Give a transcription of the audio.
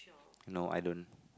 no I don't